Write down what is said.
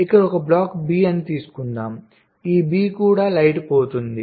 ఇక్కడ ఒక block B అని తీసుకుందాం ఈ B కూడా లైట్ పొందుతుంది